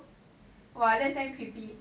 !wah! that's damn creepy